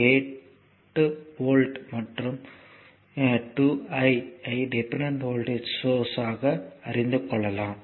8 volt மற்றும் 2 I I dependent voltage source ஆக அறிந்துக் கொள்ளலாம்